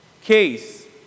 case